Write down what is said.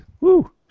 Woo